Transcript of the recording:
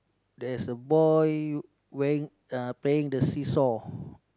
there's a boy wearing uh playing the seasaw